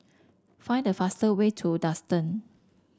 find the fast way to Duxton